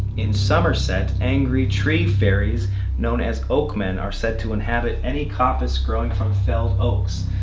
in somerset, angry tree fairies known as oak men are said to inhabit any coppice growing from felled oaks.